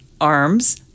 arms